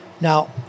Now